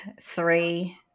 three